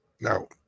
now